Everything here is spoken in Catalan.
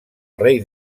rei